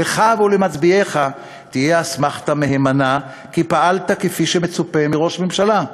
לך ולמצביעיך תהיה אסמכתה מהימנה כי פעלת כפי שמצופה מראש ממשלה.